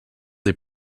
des